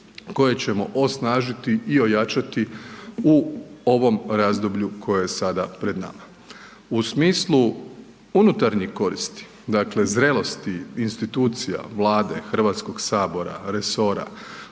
koje ćemo osnažiti i ojačati u ovom razdoblju koje je sada pred nama. U smislu unutarnje koristi, dakle zrelosti institucija Vlade, Hrvatskog sabora, resora,